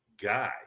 guy